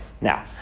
Now